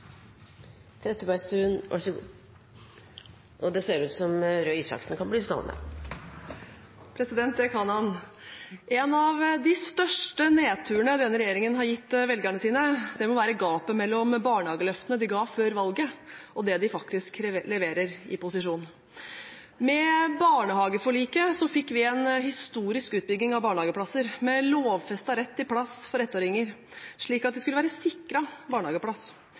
En av de største nedturene denne regjeringen har gitt velgerne sine, må være gapet mellom barnehageløftene de ga før valget, og det de faktisk leverer i posisjon. Med barnehageforliket fikk vi en historisk utbygging av barnehageplasser, med lovfestet rett til plass for ettåringer, slik at de skulle være sikret barnehageplass.